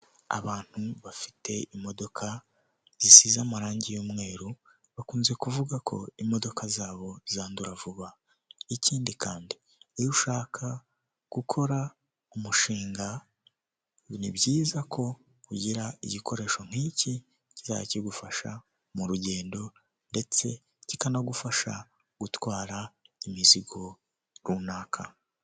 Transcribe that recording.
Abantu bafite imodoka zisize amarangi y'umweru, bakunze kuvuga ko imodoka zabo zandura vuba, ikindi kandi iyo ushaka gukora umushinga, ni byiza ko ugira igikoresho nk'iki kizajya kigufasha mu rugendo ndetse kikanagufasha gutwara imizigo runaka.